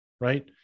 Right